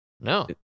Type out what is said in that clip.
No